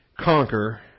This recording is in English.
conquer